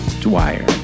Dwyer